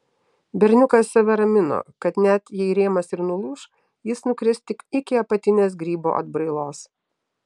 berniukas save ramino kad net jei rėmas ir nulūš jis nukris tik iki apatinės grybo atbrailos